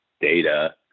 data